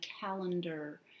calendar